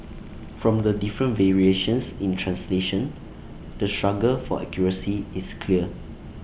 from the different variations in translation the struggle for accuracy is clear